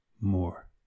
more